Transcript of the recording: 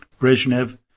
Brezhnev